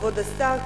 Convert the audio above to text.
כבוד השר,